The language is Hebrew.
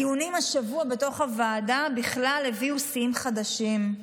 בכלל, הדיונים השבוע בוועדה הביאו שיאים חדשים.